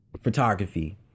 photography